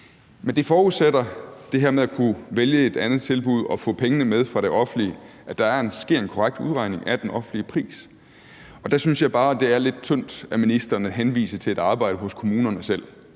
Men det her med at kunne vælge et andet tilbud og få pengene med fra det offentlige forudsætter, at der sker en korrekt udregning af den offentlige pris. Og der synes jeg bare, det er lidt tyndt af ministeren at henvise til et arbejde hos kommunerne selv.